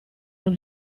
non